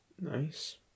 Nice